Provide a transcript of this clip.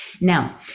Now